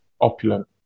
opulent